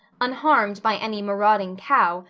unharmed by any marauding cow,